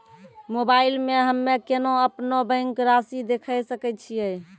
Mobile मे हम्मय केना अपनो बैंक रासि देखय सकय छियै?